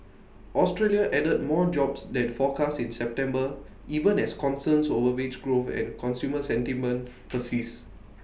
Australia added more jobs than forecast in September even as concerns over wage growth and consumer sentiment persist